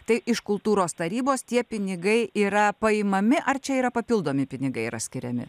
tai iš kultūros tarybos tie pinigai yra paimami ar čia yra papildomi pinigai yra skiriami